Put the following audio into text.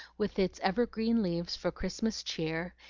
with its evergreen leaves for christmas cheer,